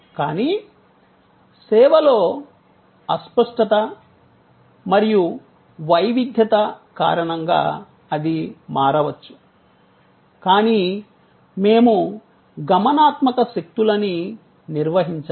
కానీ సేవలో అస్పష్టత మరియు వైవిధ్యత కారణంగా అది మారవచ్చు కానీ మేము గమనాత్మక శక్తులని నిర్వహించాలి